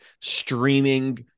streaming